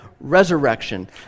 resurrection